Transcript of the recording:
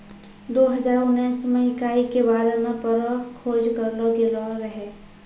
दो हजार उनैस मे इकाई के बारे मे बड़ो खोज करलो गेलो रहै